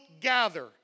gather